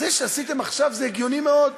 אז זה שעשיתם עכשיו זה הגיוני מאוד.